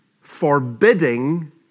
forbidding